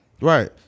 Right